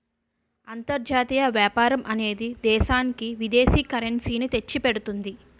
అంతర్జాతీయ వ్యాపారం అనేది దేశానికి విదేశీ కరెన్సీ ని తెచ్చిపెడుతుంది